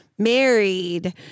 Married